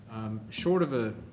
short of a